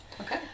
Okay